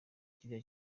kiriya